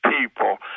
people